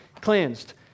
cleansed